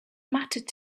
mattered